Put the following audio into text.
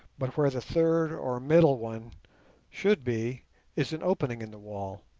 but where the third or middle one should be is an opening in the wall,